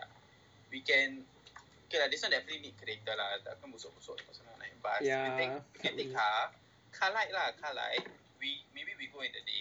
we can okay lah listen to it later lah takkan nak busuk busuk semua but I mean take the car car lite lah car lite maybe we go in the day